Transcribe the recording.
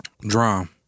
Drum